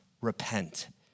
repent